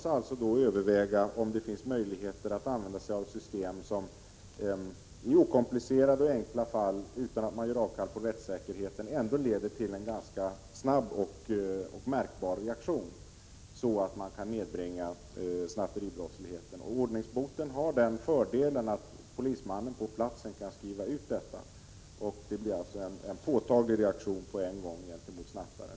Man måste då överväga om det finns möjligheter att använda sig av ett system som i okomplicerade och enkla fall, utan att man gör avkall på rättssäkerheten, ändå leder till en ganska snabb och märkbar reaktion, så att snatteribrottsligheten kan nedbringas. Och ordningsboten har den fördelen att polismannen på platsen kan skriva ut denna, och det blir alltså en påtaglig reaktion på en gång gentemot snattaren.